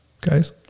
guys